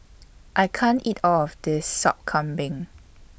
I can't eat All of This Sop Kambing